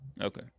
Okay